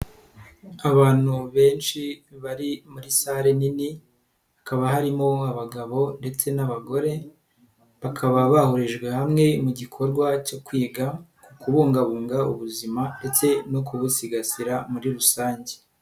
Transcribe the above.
Abantu benshi bari muri sare nini hakaba harimo abagabo ndetse n'abagore bakaba bahurijwe hamwe mu gikorwa cyo kwiga kuku bungabunga ubuzima ndetse no kubusigasira muri rusange.